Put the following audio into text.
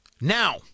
Now